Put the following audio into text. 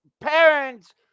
parents